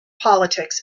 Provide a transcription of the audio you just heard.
politics